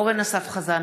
אורן אסף חזן,